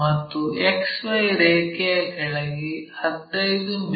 ಮತ್ತು XY ರೇಖೆಯ ಕೆಳಗೆ 15 ಮಿ